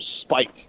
spike